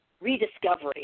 rediscovery